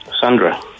Sandra